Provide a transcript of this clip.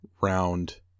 round